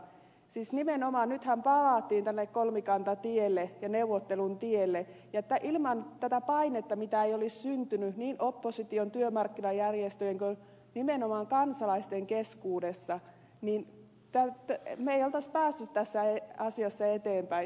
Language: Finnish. siis nimenomaan nythän palattiin tälle kolmikantatielle ja neuvottelun tielle ja ilman tätä painetta joka syntyi niin opposition työmarkkinajärjestöjen kuin nimenomaan kansalaisten keskuudessa me emme olisi päässeet tässä asiassa eteenpäin